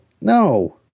No